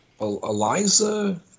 Eliza